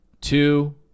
two